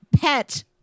pet